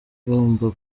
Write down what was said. igomba